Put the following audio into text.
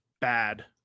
bad